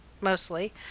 mostly